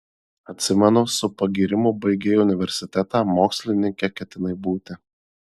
atsimenu su pagyrimu baigei universitetą mokslininke ketinai būti